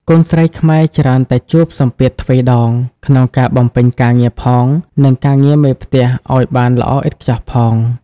កូនស្រីខ្មែរច្រើនតែជួបសម្ពាធទ្វេដង ក្នុងការបំពេញការងារផង និងការងារមេផ្ទះឱ្យបានល្អឥតខ្ចោះផង។